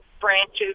branches